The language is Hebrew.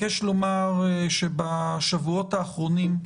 בשבועות האחרונים,